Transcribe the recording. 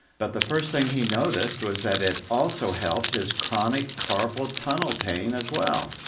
but the first thing he noticed was that it also helped his chronic carpal tunnel pain as well.